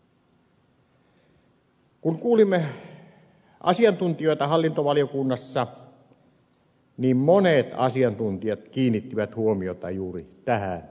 kun kuulimme asiantuntijoita hallintovaliokunnassa monet asiantuntijat kiinnittivät huomiota juuri tähän ongelmaan